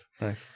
nice